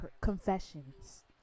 confessions